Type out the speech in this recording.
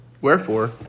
Wherefore